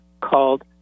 called